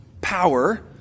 power